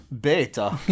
Beta